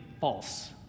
false